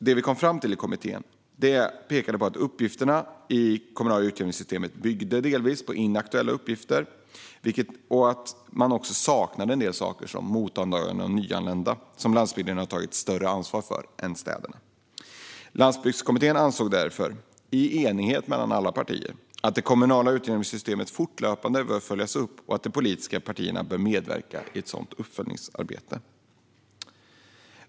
Det vi kom fram till i kommittén tydde på att det kommunala utjämningssystemet delvis byggde på inaktuella uppgifter och att en del saker saknades, till exempel mottagande av nyanlända, som landsbygden har tagit ett större ansvar för än städerna. Landsbygdskommittén ansåg därför, i enighet mellan alla partier, att det kommunala utjämningssystemet fortlöpande bör följas upp och att de politiska partierna bör medverka i ett sådant uppföljningsarbete.